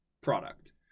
product